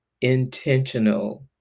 intentional